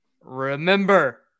remember